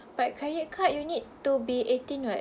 but credit card you need to be eighteen [what]